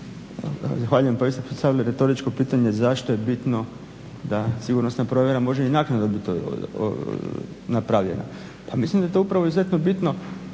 Zahvaljujem. Pa vi ste postavili retoričko pitanje zašto je bitno da sigurnosna provjera može i naknadno biti napravljena. Pa mislim da je to upravo izuzetno bitno.